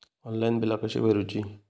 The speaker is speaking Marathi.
ऑनलाइन बिला कशी भरूची?